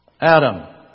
Adam